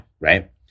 Right